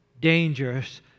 dangerous